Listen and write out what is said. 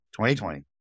2020